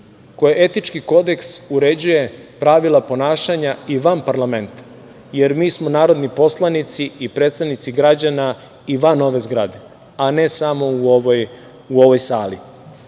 ali etički Kodeks uređuje pravila ponašanja i van parlamenta jer mi smo narodni poslanici i predstavnici građana i van ove zgrade, a ne samo u ovoj sali.